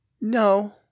no